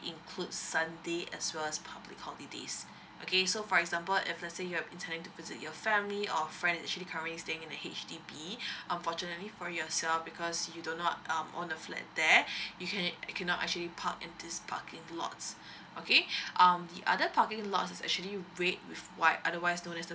include sunday as well as public holidays okay so for example if let's say you're intending to visit your family or friend actually coming staying in H_D_B unfortunately for yourself because you do not um own the flat there you can you cannot actually park in this parking lots okay um the other parking lots is actually red with white otherwise known as the